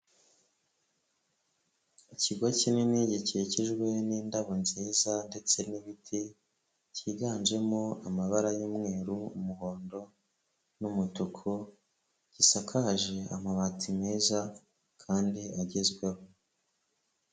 Ikigo kinini gikikijwe n'indabyo nziza, ndetse n'ibiti cyiganjemo amabara y'umweru, umuhondo n'umutuku gisakaje amabati meza kandi agezweho.